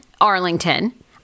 Arlington